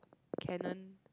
canon